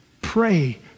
Pray